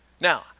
Now